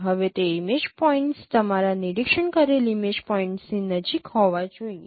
હવે તે image points તમારા નિરીક્ષણ કરેલ ઇમેજ પોઇન્ટની નજીક હોવા જોઈએ